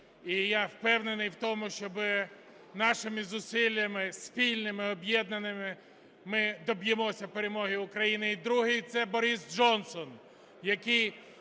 І я впевнений в тому, що нашими зусиллями, спільними і об'єднаними, ми доб'ємося перемоги України. І другий – це Борис Джонсон, який